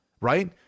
right